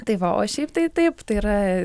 tai va o šiaip tai taip tai yra